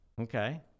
Okay